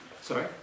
Sorry